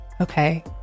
Okay